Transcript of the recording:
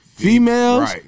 Females